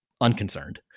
unconcerned